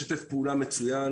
אנו יודעים לשתף פעולה מצוין,